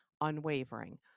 unwavering